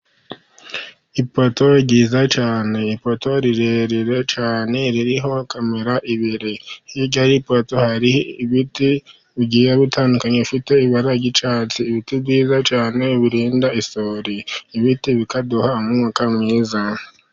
Ipoto ryiza cyane, ipoto rirerire cyane ririho kamera ebyiri, hirya y'ipoto hari ibiti bigiye bitandukanye, bifite ibara ry'icyatsi , ibiti byiza cyane birinda isuri, ibiti bikaduha umwuka mwiza.